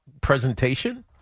presentation